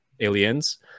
Aliens